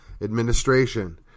administration